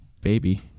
baby